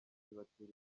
zibatera